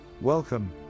Welcome